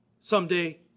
someday